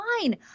fine